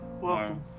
Welcome